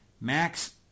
Max